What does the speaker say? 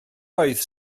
oedd